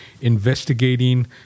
investigating